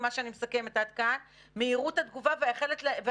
מה שאני מסכמת עד כאן מהירות התגובה והיכולת